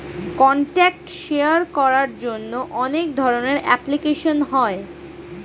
contact share করার জন্য অনেক ধরনের অ্যাপ্লিকেশন হয়